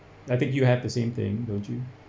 I think you have the same thing don't you